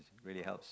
really helps